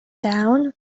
down